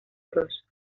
bros